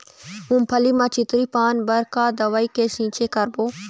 मूंगफली म चितरी पान बर का दवई के छींचे करबो?